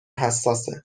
حساسه